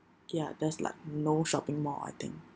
ya there's like no shopping mall I think